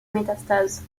métastases